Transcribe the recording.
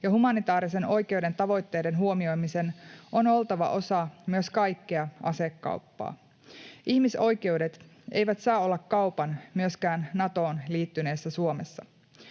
ja humanitaarisen oikeuden tavoitteiden huomioimisen on oltava myös osa kaikkea asekauppaa. Ihmisoikeudet eivät saa olla kaupan myöskään Natoon liittyneessä Suomessa.